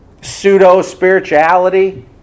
pseudo-spirituality